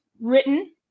written